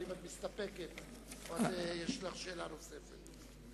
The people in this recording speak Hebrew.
האם את מסתפקת או שיש לך שאלה נוספת?